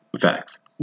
Facts